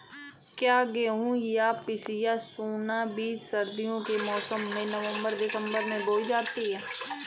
क्या गेहूँ या पिसिया सोना बीज सर्दियों के मौसम में नवम्बर दिसम्बर में बोई जाती है?